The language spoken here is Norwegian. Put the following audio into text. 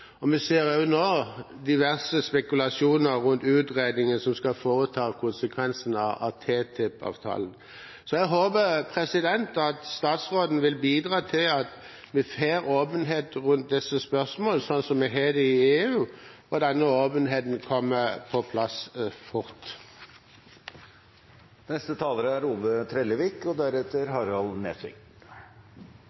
og vi ser også nå diverse spekulasjoner rundt utredningen som skal foretas av konsekvensene av TTIP-avtalen. Jeg håper at statsråden vil bidra til at vi får åpenhet rundt disse spørsmålene, slik som en har det i EU, og at denne åpenheten kommer på plass fort. Noregs handelspolitikk skal reflektera våre samfunnsøkonomiske interesser. Både næringspolitiske, utviklingspolitiske og